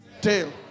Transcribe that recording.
tail